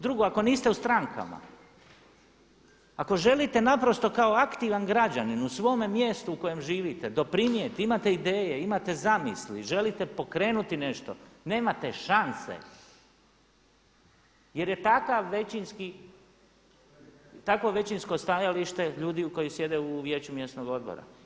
Drugo ako niste u strankama, ako želite naprosto kao aktivan građanin u svome mjestu u kojem živite doprinijeti, imate ideje, imate zamisli, želite pokrenuti nešto, nemate šanse jer je takav većinski, takvo većinsko stajalište ljudi koji sjede u vijeću mjesnog odbora.